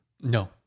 No